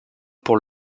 pour